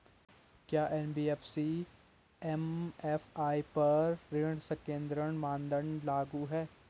क्या NBFC MFI पर ऋण संकेन्द्रण मानदंड लागू हैं?